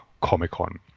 comic-con